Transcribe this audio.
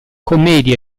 commedia